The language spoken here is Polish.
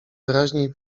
wyraźniej